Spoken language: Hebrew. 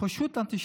פשוט אנטישמית.